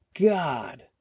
god